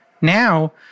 Now